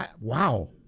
wow